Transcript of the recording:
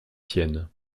siennes